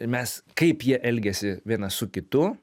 mes kaip jie elgiasi vienas su kitu